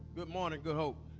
good morning, good hope